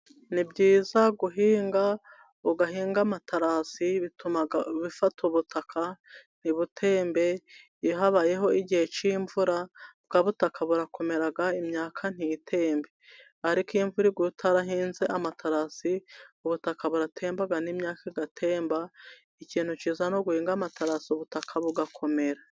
Ni byiza guhinga ugahinga amaterasi, bituma bifata ubutaka ntibutembe, iyo habayeho igihe cy' imvura bwa butaka burakomera, imyaka ntitembe ariko iyo imvura iguye utarahinze amaterasi ubutaka buratemba, imyaka igatemba, ikintu cyiza ni uguhinga amaterasi ubutaka bugakomera.